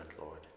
Lord